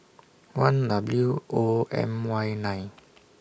one W O M Y nine